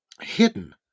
hidden